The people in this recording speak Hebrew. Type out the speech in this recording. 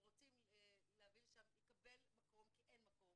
רוצים להביא לשם יקבל מקום כי אין מקום